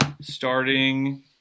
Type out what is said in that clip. starting